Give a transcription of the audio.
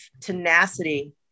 tenacity